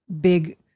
big